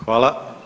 Hvala.